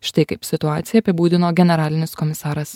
štai kaip situaciją apibūdino generalinis komisaras